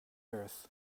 earth